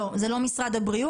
לא, זה לא משרד הבריאות.